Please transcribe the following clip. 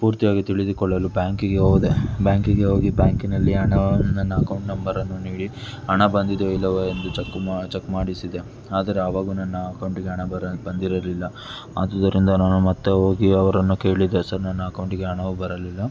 ಪೂರ್ತಿಯಾಗಿ ತಿಳಿದುಕೊಳ್ಳಲು ಬ್ಯಾಂಕಿಗೆ ಹೋದೆ ಬ್ಯಾಂಕಿಗೆ ಹೋಗಿ ಬ್ಯಾಂಕಿನಲ್ಲಿ ಹಣವನು ನನ್ನ ಅಕೌಂಟ್ ನಂಬರನ್ನು ನೀಡಿ ಹಣ ಬಂದಿದೆಯೋ ಇಲ್ಲವೋ ಎಂದು ಚಕ್ಕು ಮಾ ಚಕ್ ಮಾಡಿಸಿದೆ ಆದರೆ ಆವಾಗು ನನ್ನ ಅಕೌಂಟಿಗೆ ಹಣ ಬರ ಬಂದಿರಲಿಲ್ಲ ಆದುದರಿಂದ ನಾನು ಮತ್ತು ಹೋಗಿ ಅವರನ್ನು ಕೇಳಿದೆ ಸರ್ ನನ್ನ ಅಕೌಂಟಿಗೆ ಹಣವು ಬರಲಿಲ್ಲ